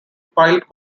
pilot